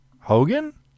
Hogan